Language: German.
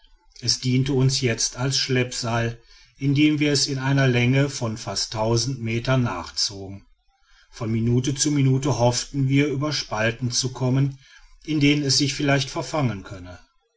es diente uns jetzt als schleppseil indem wir es in einer länge von fast tausend meter nachzogen von minute zu minute hofften wir über spalten zu kommen in denen es sich vielleicht verfangen könne